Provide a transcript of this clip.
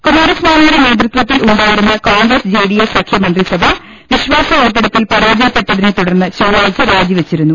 കുമാരസ്ഥാമിയുടെ നേതൃത്വത്തിൽ ഉണ്ടായിരുന്ന Congress J D S സഖ്യ മന്ത്രിസഭ വിശ്വാസവോട്ടെടുപ്പിൽ പരാജ യപ്പെട്ടതിനെ തുടർന്ന് ചൊവ്വാഴ്ച രാജിവെച്ചിരുന്നു